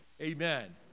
Amen